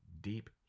deep